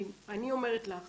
אני אומרת לך